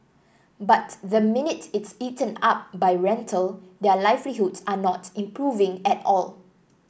but the minute it's eaten up by rental their livelihoods are not improving at all